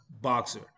boxer